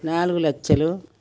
నాలుగు లక్షలు